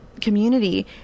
community